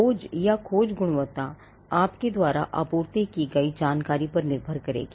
खोज या खोज की गुणवत्ता आपके द्वारा आपूर्ति की गई जानकारी पर निर्भर करेगी